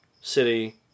city